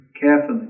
carefully